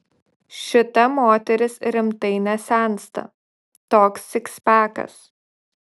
šita moteris rimtai nesensta toks sikspekas